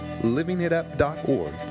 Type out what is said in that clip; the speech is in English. livingitup.org